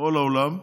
בכל העולם,